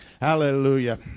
Hallelujah